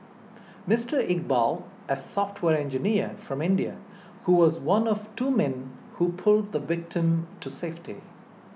Mister Iqbal a software engineer from India who was one of two men who pulled the victim to safety